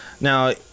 Now